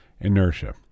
inertia